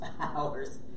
hours